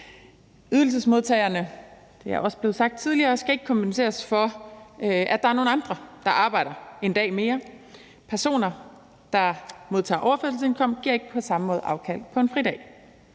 sagt tidligere – skal ikke kompenseres for, at der er nogle andre, der arbejder en dag mere. Personer, der modtager overførselsindkomst, giver ikke på samme måde afkald på en fridag.